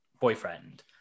boyfriend